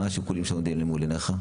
מה השיקולים שעומדים למול עיניך?